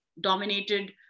dominated